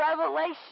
Revelation